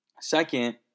Second